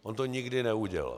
On to nikdy neudělal.